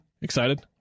Excited